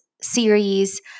series